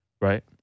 Right